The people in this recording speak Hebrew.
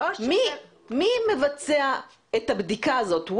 מי מבצע את הבדיקה הזאת?